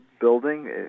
building